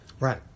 Right